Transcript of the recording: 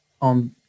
on